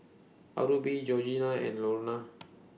Aubree Georgina and Louanna